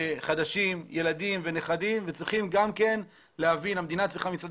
חדשים של ילדים ונכדים והמדינה צריכה מצד